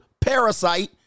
parasite